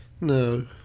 No